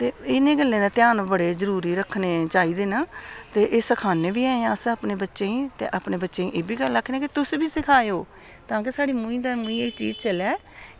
ते इनें गल्लें दे ध्यान बड़े जरूरी रक्खने चाहिदे न ते एह् सखानै बी हैन अस अपने बच्चें ई ते अपने बच्चें गी एह्बी गल्ल आक्खनी कि तुस बी सखायो तां कि साढ़ी मम्मी मम्मी च एह् चीज़ चलै